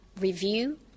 review